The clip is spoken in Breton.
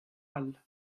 all